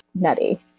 nutty